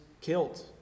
killed